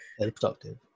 productive